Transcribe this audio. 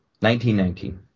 1919